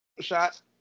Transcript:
shot